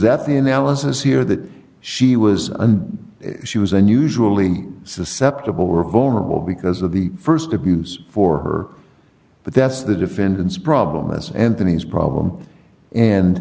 that the analysis here that she was and she was unusually susceptible were vulnerable because of the st abuse for her but that's the defendant's problem as anthony's problem and